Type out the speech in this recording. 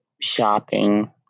shopping